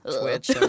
twitch